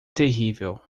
terrível